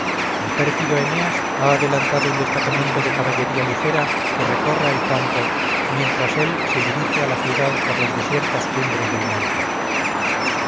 el pérfido eneas ha adelantado un destacamento de caballería ligera que recorra el campo mientras él se dirige a la ciudad por las desiertas cumbres del monte